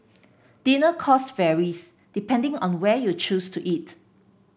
dinner cost varies depending on where you choose to eat